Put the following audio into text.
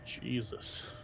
Jesus